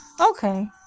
Okay